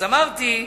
אז אמרתי,